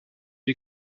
die